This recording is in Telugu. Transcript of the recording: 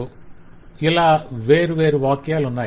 ' ఇలా వేర్వేరు వాక్యాలున్నాయి